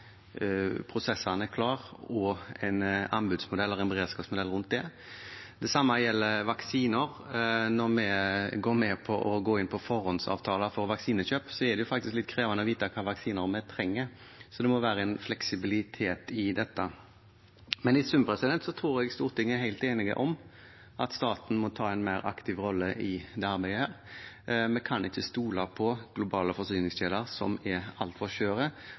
prosessene klare og en anbudsmodell eller en beredskapsmodell rundt det. Det samme gjelder vaksiner. Når vi går med på å gå inn for forhåndsavtaler for vaksinekjøp, er det faktisk litt krevende å vite hvilke vaksiner vi trenger. Så det må være en fleksibilitet i dette. I sum tror jeg Stortinget er helt enige om at staten må ta en mer aktiv rolle i dette arbeidet. Vi kan ikke stole på globale forsyningskjeder, som er altfor skjøre.